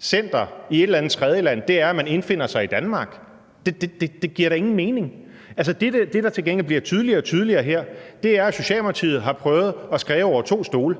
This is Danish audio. center i et eller andet tredjeland, er, at man indfinder sig i Danmark? Det giver da ingen mening. Det, der til gengæld bliver tydeligere og tydeligere her, er, at Socialdemokratiet har prøvet at skræve over to stole.